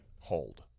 hold